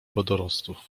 wodorostów